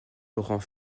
laurent